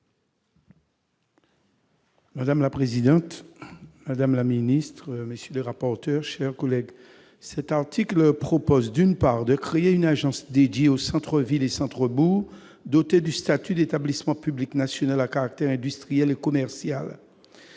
Madame la présidente, madame la secrétaire d'État, chers collègues, cet article vise, d'une part, à créer une agence dédiée aux centres-villes et centres-bourgs, dotée du statut d'établissement public national à caractère industriel et commercial,